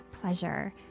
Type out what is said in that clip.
pleasure